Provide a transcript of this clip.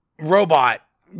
robot